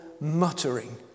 muttering